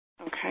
Okay